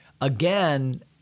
again